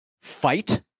fight